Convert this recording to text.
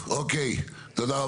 תודה רבה.